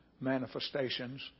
manifestations